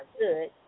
good